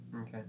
Okay